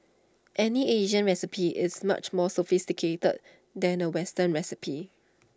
any Asian recipe is much more sophisticated than A western recipe